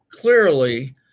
Clearly